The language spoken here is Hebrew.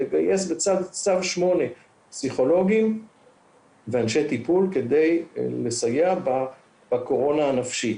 לגייס בצו 8 פסיכולוגים ואנשי טיפול כדי לסייע בקורונה הנפשית.